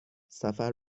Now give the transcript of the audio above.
سفر